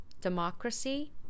democracy